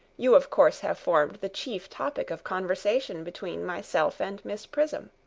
you of course have formed the chief topic of conversation between myself and miss prism.